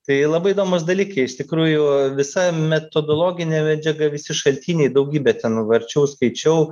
tai labai įdomūs dalykai iš tikrųjų visa metodologine medžiaga visi šaltiniai daugybė ten varčiau skaičiau